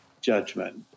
judgment